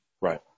Right